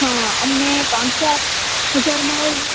હા અમને ત્રણ ચાર હજારમાં હોય